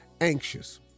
anxious